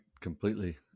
completely